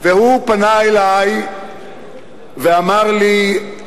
והוא פנה אלי ואמר לי: